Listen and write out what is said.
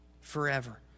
forever